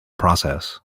process